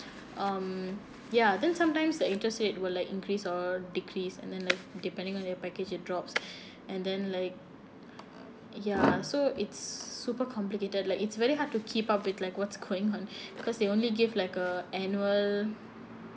um ya then sometimes the interest rate will like increase or decrease and then like depending on their package it drops and then like ya so it's super complicated like it's very hard to keep up with like what's going on cause they only give like a annual